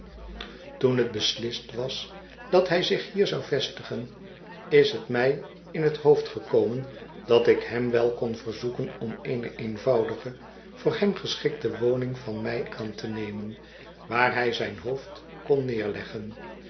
toen het beslist was dat hij zich hier zou vestigen is het mij in het hoofd gekomen dat ik hem wel kon verzoeken om eene eenvoudige voor hem geschikte woning van mij aan te nemen waar hij zijn hoofd kon neerleggen